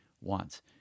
wants